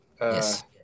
Yes